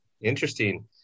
Interesting